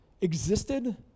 existed